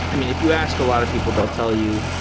i mean if you ask a lot of people, they'll tell you,